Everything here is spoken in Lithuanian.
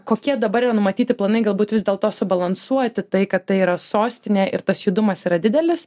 kokie dabar yra numatyti planai galbūt vis dėlto subalansuoti tai kad tai yra sostinė ir tas judumas yra didelis